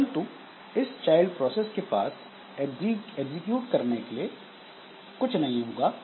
परंतु इस child process के पास एग्जीक्यूट करने के लिए कुछ नहीं होगा